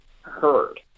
heard